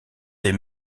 des